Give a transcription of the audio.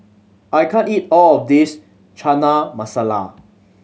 I can't eat all of this Chana Masala